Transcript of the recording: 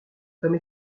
comme